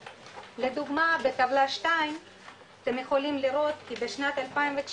לדוגמא בטבלה 2 אתם יכולים לראות כי בשנת 2019